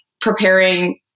preparing